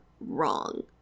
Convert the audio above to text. wrong